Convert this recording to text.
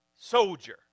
soldier